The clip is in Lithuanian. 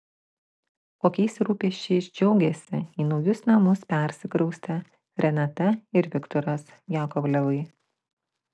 kokiais rūpesčiais džiaugiasi į naujus namus persikraustę renata ir viktoras jakovlevai